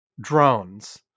drones